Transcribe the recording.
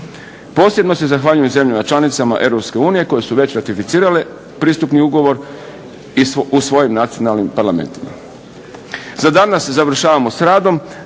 Posebno se zahvaljujem zemljama članicama Europske unije koje su već ratificirale pretpristupni ugovor u svojim nacionalnim parlamentima. Za danas završavamo s radom,